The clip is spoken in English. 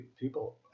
people